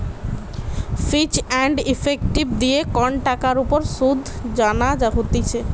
ফিচ and effective দিয়ে কন টাকার উপর শুধ জানা হতিছে